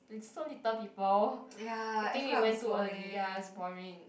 like so little people I think we went too early ya it's boring